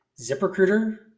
ZipRecruiter